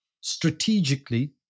strategically